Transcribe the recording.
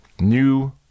new